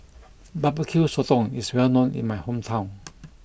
Barbecue Sotong is well known in my hometown